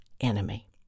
enemy